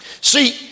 See